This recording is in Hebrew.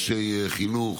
אנשי חינוך,